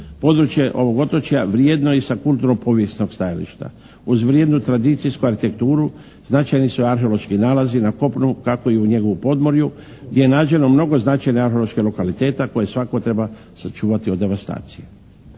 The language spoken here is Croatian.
Područje ovog otočja vrijedno je i sa kulturno povijesnog stajališta. Uz vrijednu tradicijsku arhitekturu značajni su arheološki nalazi na kopnu tako i u njegovu podmorju gdje je nađeno mnogo značajnih arheoloških lokaliteta koje svatko treba sačuvati od devastacije.